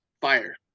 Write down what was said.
Fire